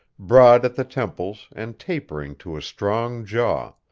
broad at the temples and tapering to a strong jaw,